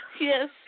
yes